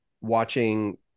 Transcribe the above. watching